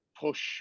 push